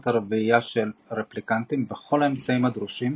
הרבייה של הרפליקנטים בכל האמצעים הדרושים,